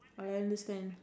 I understand